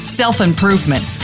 self-improvement